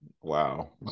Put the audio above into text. Wow